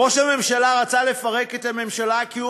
ראש הממשלה רצה לפרק את הממשלה כי הוא